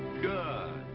good!